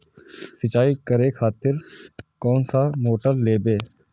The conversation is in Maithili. सीचाई करें खातिर कोन सा मोटर लेबे?